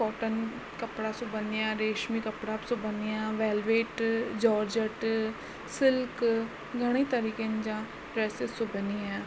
cotton कपिड़ा सिबंदी आहियां रेश्मी कपिड़ा बि सिबंदी आहियां वैलवेट जॉरजट सिल्क घणेई तरीक़नि जा ड्रेसिस सिबंदी आहियां